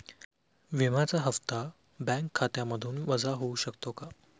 विम्याचा हप्ता बँक खात्यामधून वजा होऊ शकतो का?